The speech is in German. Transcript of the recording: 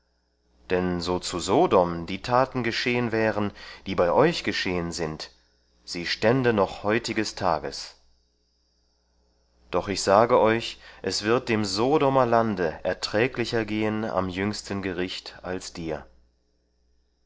denn so zu sodom die taten geschehen wären die bei euch geschehen sind sie stände noch heutigestages doch ich sage euch es wird dem sodomer lande erträglicher gehen am jüngsten gericht als dir